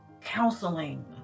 counseling